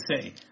say